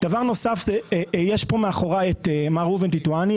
דבר נוסף, יש פה מאחוריי את מר ראובן טיטואני.